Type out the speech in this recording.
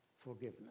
forgiveness